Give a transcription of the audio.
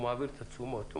הוא מקבל את העסקאות,